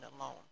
alone